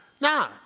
Nah